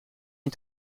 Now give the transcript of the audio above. een